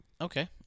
Okay